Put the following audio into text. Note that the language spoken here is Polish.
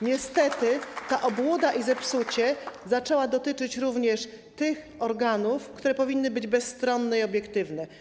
Niestety ta obłuda i to zepsucie zaczęły dotyczyć również tych organów, które powinny być bezstronne i obiektywne.